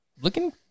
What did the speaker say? looking